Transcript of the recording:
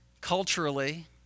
culturally